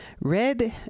red